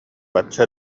бачча